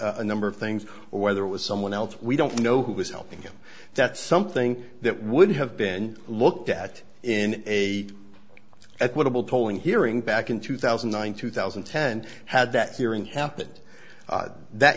a number of things or whether it was someone else we don't know who was helping him that's something that would have been looked at in a equitable poling hearing back in two thousand and nine two thousand and ten had that hearing happened that